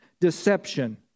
Deception